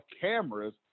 cameras